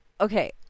okay